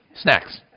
snacks